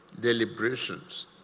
deliberations